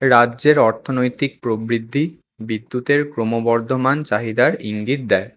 রাজ্যের অর্থনৈতিক প্রবৃদ্ধি বিদ্যুতের ক্রমবর্ধমান চাহিদার ইঙ্গিত দেয়